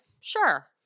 sure